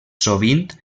sovint